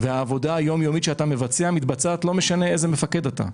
והעבודה היום יומית שהוא מבצע מתבצעת לא משנה איזה מפקד הוא.